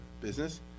business